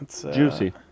Juicy